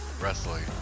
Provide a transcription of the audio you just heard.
wrestling